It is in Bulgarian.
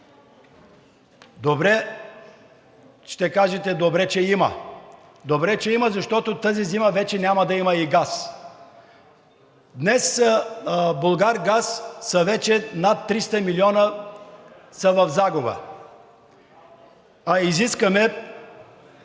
Ще кажете: „Добре, че го има.“ Добре, че го има, защото тази зима вече няма да има и газ. Днес „Булгаргаз“ са вече над 300 милиона в загуба, а изискваме